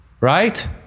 Right